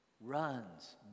runs